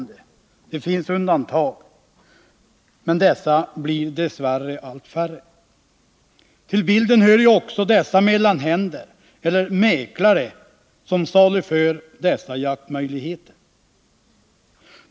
Det finns undantag, men dessa blir tyvärr allt färre. Till bilden hör de mellanhänder — ”mäklare” — som saluför jaktmöjligheter.